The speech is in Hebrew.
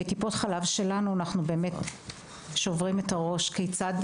בטיפות החלב שלנו אנחנו שוברים את הראש כיצד